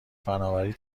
فنآوری